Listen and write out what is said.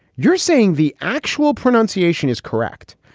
you're saying the actual pronunciation is correct,